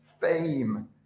fame